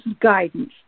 guidance